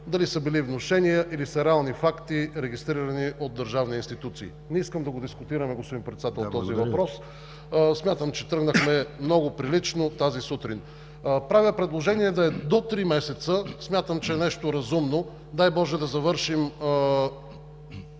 дали са били внушения, или са реални факти, регистрирани от държавни институции. Не искам да го дискутираме, господин Председател, този въпрос. Смятам, че тръгнахме много прилично тази сутрин. Правя предложение да е до три месеца. Смятам, че е нещо разумно. Дай Боже, да завършим